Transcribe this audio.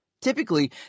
Typically